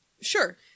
Sure